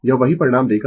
यह वही परिणाम देगा